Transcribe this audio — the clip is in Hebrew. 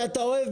שאתה אוהב,